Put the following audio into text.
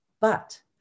But-